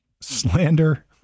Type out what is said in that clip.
slander